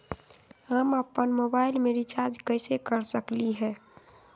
हम अपन मोबाइल में रिचार्ज कैसे कर सकली ह?